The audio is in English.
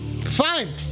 fine